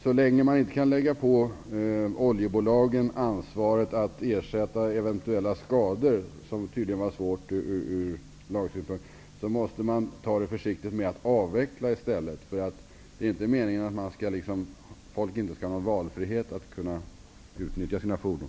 Så länge man inte kan lägga ansvaret att ersätta eventuella skador på oljebolagen -- det var tydligen svårt ur lagsynpunkt -- måste vi ta det försiktigt med att avveckla. Det är inte meningen att människor inte skall ha någon valfrihet att kunna utnyttja sina fordon.